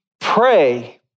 pray